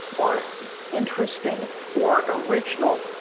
or interesting or original,